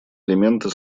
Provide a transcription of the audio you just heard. элементы